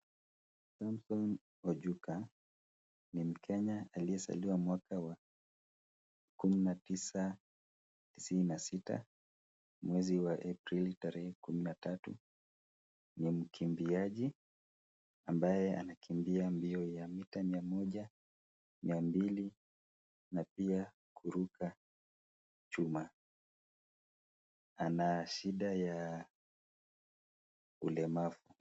Samson Ojuka ni mkenya aliyezaliwa mwaka wa 1996, mwezi wa Aprili tarehe 13. Ni mkimbiaji ambaye anakimbia mbio ya mita 100, 200 na pia kuruka chuma. Ana shida ya ulemavu.